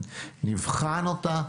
נבחן אותה,